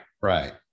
right